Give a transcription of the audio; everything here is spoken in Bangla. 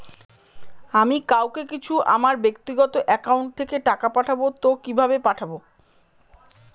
আমি কাউকে কিছু আমার ব্যাক্তিগত একাউন্ট থেকে টাকা পাঠাবো তো কিভাবে পাঠাবো?